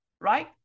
right